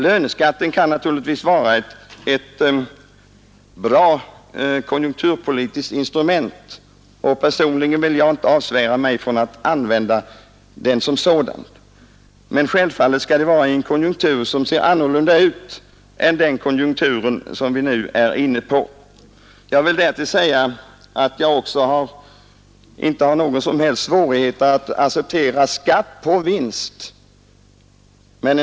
Löneskatten kan naturligtvis vara ett bra konjukturpolitiskt instrument. Personligen vill jag inte avsvära mig möjligheterna att använda den som ett sådant, men självfallet skall det vara i en konjunktur som ser annorlunda ut än den vi nu är inne i. Jag har inte heller någon som helst svårighet att acceptera skatt på vinst i ett företag.